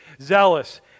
Zealous